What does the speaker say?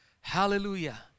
Hallelujah